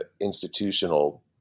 institutional